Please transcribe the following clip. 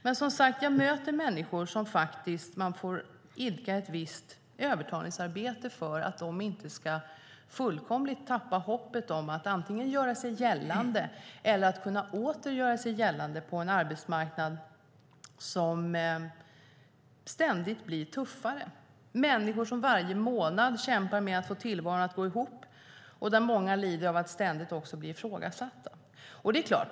Jag möter som sagt människor som man faktiskt får idka ett visst övertalningsarbete med för att de inte fullkomligt ska tappa hoppet om att antingen göra sig gällande eller att åter kunna göra sig gällande på en arbetsmarknad som ständigt blir tuffare. Det är människor som varje månad kämpar med att få tillvaron att gå ihop, och där många lider av att ständigt också bli ifrågasatta.